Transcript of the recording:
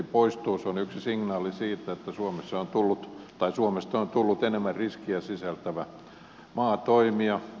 se on yksi signaali siitä että suomesta on tullut enemmän riskejä sisältävä maa toimia